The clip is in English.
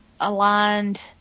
Aligned